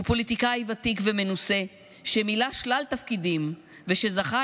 הוא פוליטיקאי ותיק ומנוסה שמילא שלל תפקידים וזכה